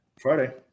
Friday